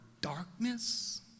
darkness